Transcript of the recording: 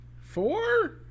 Four